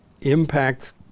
impact